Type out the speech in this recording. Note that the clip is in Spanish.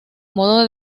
modo